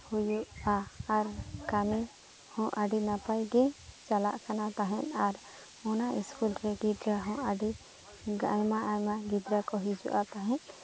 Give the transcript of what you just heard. ᱦᱩᱭᱩᱜᱼᱟ ᱟᱨ ᱠᱟᱹᱢᱤ ᱦᱚᱸ ᱟᱹᱰᱤ ᱱᱟᱯᱟᱭ ᱜᱮ ᱪᱟᱞᱟᱜ ᱠᱟᱱᱟ ᱛᱟᱦᱮᱸᱫ ᱟᱨ ᱚᱱᱟ ᱥᱠᱩᱞ ᱨᱮᱜᱮ ᱡᱟ ᱦᱳᱱ ᱟᱹᱰᱤ ᱟᱭᱢᱟ ᱟᱭᱢᱟ ᱜᱤᱫᱽᱨᱟᱹ ᱠᱚ ᱦᱤᱡᱩᱜᱼᱟ ᱛᱟᱦᱮᱸᱫ